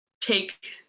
take